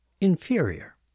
inferior